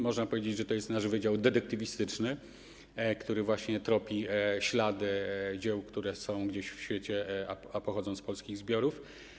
Można powiedzieć, że to jest nasz wydział detektywistyczny, który właśnie tropi ślady dzieł, które są gdzieś w świecie, a pochodzą z polskich zbiorów.